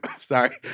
sorry